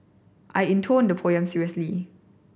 I intoned the poem seriously